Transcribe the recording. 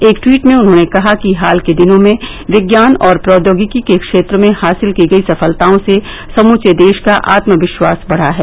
एक टवीट में उन्होंने कहा कि हाल के दिनों में विज्ञान और प्रोदोगिकी के क्षेत्र में हासिल की गई सफलताओं से समुचे देश का आत्मविश्वास बढ़ा है